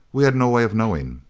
we had no way of knowing.